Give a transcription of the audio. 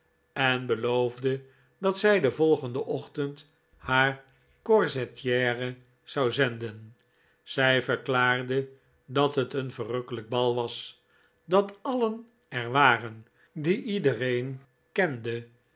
en beloofde dat zij den volgenden ochtend haar corseflire zou zenden zij verklaarde dat het een verrukkelijk bal was dat alien er waren die iedereen kende